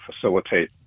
facilitate